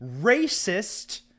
racist